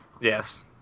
Yes